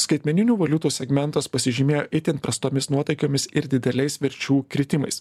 skaitmeninių valiutų segmentas pasižymėjo itin prastomis nuotaikomis ir dideliais verčių kritimais